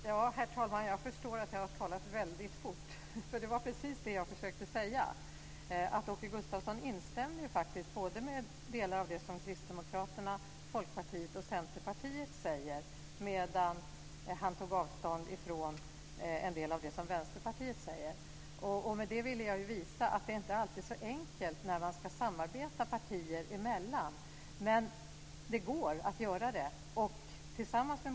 Herr talman! Jag förstår att jag har talat väldigt fort, för det var precis det jag försökte säga. Åke Gustavsson instämde ju faktiskt både i delar av det som Kristdemokraterna, Folkpartiet och Centerpartiet säger, medan han tog avstånd ifrån en del av det som Vänsterpartiet säger. Med det ville jag visa att det inte alltid är så enkelt när man ska samarbeta partier emellan, men det går att göra det.